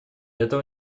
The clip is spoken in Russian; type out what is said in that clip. этого